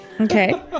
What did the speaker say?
Okay